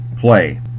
play